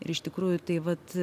ir iš tikrųjų tai vat